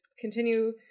continue